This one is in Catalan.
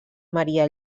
maria